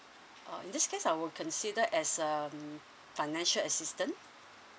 uh in this case I will consider as um financial assistance